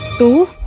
door.